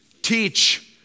Teach